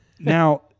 Now